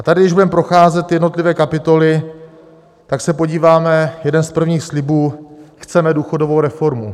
A tady když budeme procházet jednotlivé kapitoly, tak se podíváme jeden z prvních slibů: chceme důchodovou reformu.